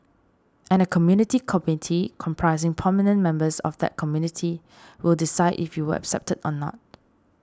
and a Community Committee comprising prominent members of that community will decide if you were accepted or not